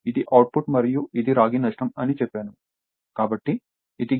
ఇది అవుట్పుట్ మరియు ఇది రాగి నష్టం అని చెప్పాను